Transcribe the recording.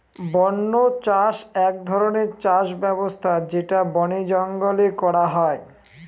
বন্য চাষ এক ধরনের চাষ ব্যবস্থা যেটা বনে জঙ্গলে করা হয়